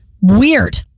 Weird